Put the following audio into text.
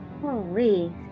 Holy